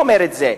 אומר את זה.